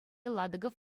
ладыков